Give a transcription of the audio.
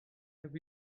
have